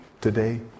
today